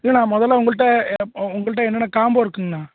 இல்லைண்ணா முதல்ல உங்கள்ட்ட உங்கள்ட்ட என்னென்ன காம்போ இருக்குங்ண்ணா